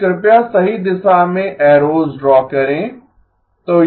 तो कृपया सही दिशा में एरोस ड्रा करें